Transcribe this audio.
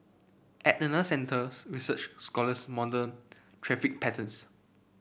at centres research scholars model traffic patterns